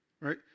right